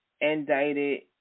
indicted